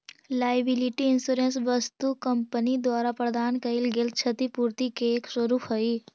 liability insurance वस्तु company द्वारा प्रदान कैइल गेल क्षतिपूर्ति के एक स्वरूप हई